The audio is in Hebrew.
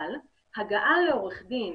אבל הגעה לעורך דין